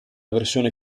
versione